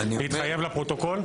להתחייב לפרוטוקול?